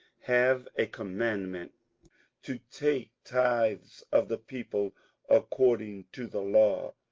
have a commandment to take tithes of the people according to the law,